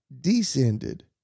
descended